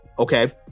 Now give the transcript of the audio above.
Okay